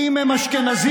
אם הם אשכנזים,